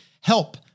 help